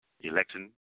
election